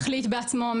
מחליט בעצמו,